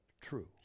true